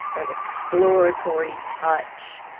an exploratory touch,